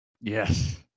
Yes